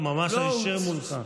מולך, ממש היישר מולך.